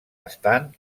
estan